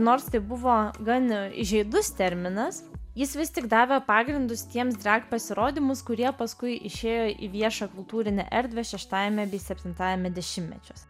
nors tai buvo gana įžeidus terminas jis vis tik davė pagrindus tiems drag pasirodymus kurie paskui išėjo į viešą kultūrinę erdvę šeštajame bei septintajame dešimtmečiuose